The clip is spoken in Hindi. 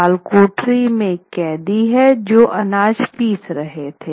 कि कालकोठरी में कैदी हैं जो अनाज पीस रहे हैं